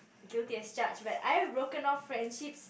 guilty as charge but I have broken off friendships